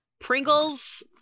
Pringles